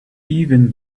even